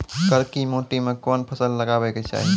करकी माटी मे कोन फ़सल लगाबै के चाही?